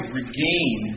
regain